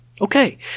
Okay